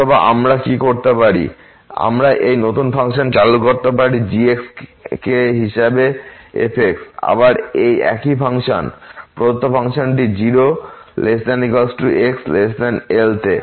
অথবা আমরা কি করতে পারি আমরা এই নতুন ফাংশন চালু করতে পারি g কে হিসাবে f আবার একই ফাংশন প্রদত্ত ফাংশনটি 0≤x L তে